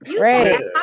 Right